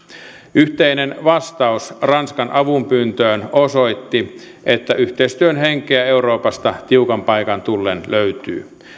yhteinen vastaus ranskan avunpyyntöön osoitti että yhteistyön henkeä euroopasta tiukan paikan tullen löytyy